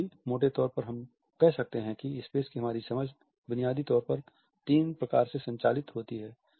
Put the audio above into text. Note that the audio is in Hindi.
फिर भी मोटे तौर पर हम कह सकते हैं कि स्पेस की हमारी समझ बुनियादी तौर पर तीन प्रकार से संचालित होती है